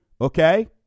Okay